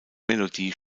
melodie